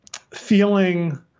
feeling